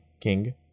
king